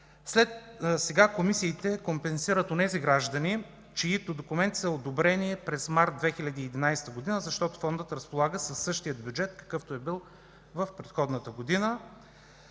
Сега комисиите компенсират онези граждани, чиито документи са одобрени през март 2011 г., защото Фондът разполага със същия бюджет, какъвто е бил в предходната година.